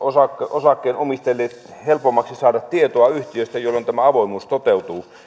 osakkeenomistajille helpommaksi saada tietoa yhtiöstä jolloin tämä avoimuus toteutuu